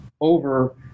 over